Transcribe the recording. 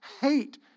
hate